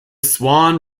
swan